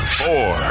four